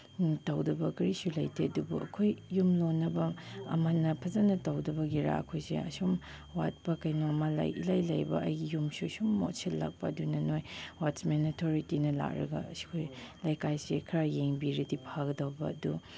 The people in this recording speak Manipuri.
ꯇꯧꯗꯕ ꯀꯔꯤꯁꯨ ꯂꯩꯇꯦ ꯑꯗꯨꯕꯨ ꯑꯩꯈꯣꯏ ꯌꯨꯝ ꯂꯣꯟꯅꯕ ꯑꯃꯅ ꯐꯖꯅ ꯇꯧꯗꯕꯒꯤꯔꯥ ꯑꯩꯈꯣꯏꯁꯦ ꯑꯁꯨꯝ ꯋꯥꯠꯄ ꯀꯩꯅꯣꯝꯃ ꯏꯂꯩ ꯂꯩꯕ ꯑꯩꯒꯤ ꯌꯨꯝꯁꯨ ꯁꯨꯝ ꯃꯣꯠꯁꯤꯜꯂꯛꯄ ꯑꯗꯨꯅ ꯅꯣꯏ ꯋꯥꯠꯁꯃꯦꯟ ꯑꯣꯊꯣꯔꯤꯇꯤꯅ ꯂꯥꯛꯂꯒ ꯑꯁꯤ ꯑꯩꯈꯣꯏ ꯂꯩꯀꯥꯏꯁꯦ ꯈꯔ ꯌꯦꯡꯕꯤꯔꯗꯤ ꯐꯒꯗꯧꯕ ꯑꯗꯨ